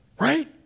Right